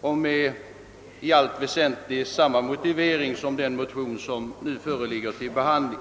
och i allt väsentligt med samma motivering som den nu föreliggande motionen.